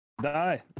Die